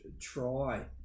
try